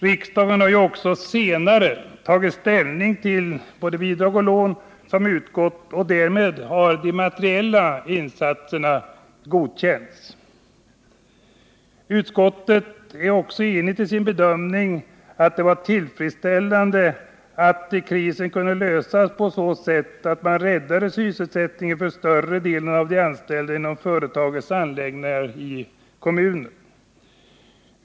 Riksdagen har också senare tagit ställning till både bidrag och lån som utgått, och därmed har de Utskottet är också enigt i sin bedömning att det var tillfredsställande att krisen kunde lösas på så sätt att man räddade sysselsättningen för större delen av de anställda inom företagets anläggningar i kommunen.